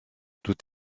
tout